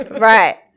right